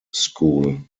school